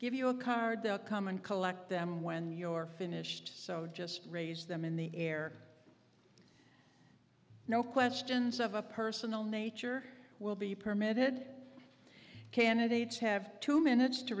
give you a card they'll come and collect them when your finished so just raise them in the air no questions of a personal nature will be permitted candidates have two minutes to